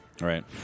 Right